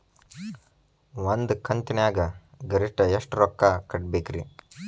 ಒಂದ್ ಕಂತಿನ್ಯಾಗ ಗರಿಷ್ಠ ಎಷ್ಟ ರೊಕ್ಕ ಕಟ್ಟಬೇಕ್ರಿ?